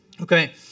Okay